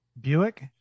Buick